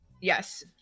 Yes